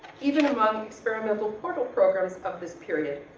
even among experimental portal programs of this period.